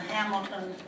Hamilton